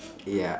ya